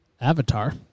Avatar